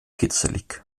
kitzelig